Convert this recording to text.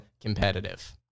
competitive